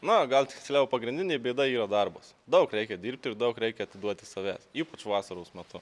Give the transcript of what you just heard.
na gal tiksliau pagrindinė bėda yra darbas daug reikia dirbti ir daug reikia atiduoti savęs ypač vasaros metu